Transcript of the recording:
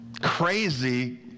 crazy